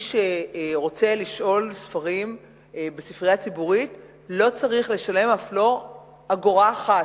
מי שרוצה לשאול ספרים בספרייה ציבורית לא צריך לשלם אף לא אגורה אחת.